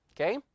okay